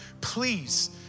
Please